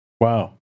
Wow